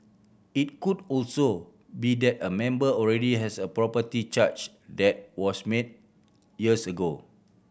it could also be that a member already has a property charge that was made years ago